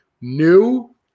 new